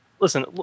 listen